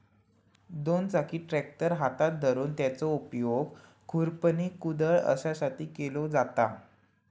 दोन चाकी ट्रॅक्टर हातात धरून त्याचो उपयोग खुरपणी, कुदळ अश्यासाठी केलो जाता